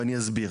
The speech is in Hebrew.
ואני אסביר.